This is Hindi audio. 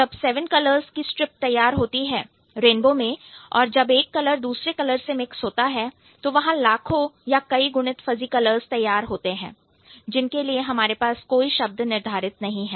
जब 7 कलर्स की स्ट्रिप तैयार होती है रेनबो में और जब एक कलर दूसरे कलर से मिक्स होता है तो वहां लाखों या कई गुणित फजी़ कलर्स तैयार होते हैं जिनके लिए हमारे पास कोई शब्द निर्धारित नहीं है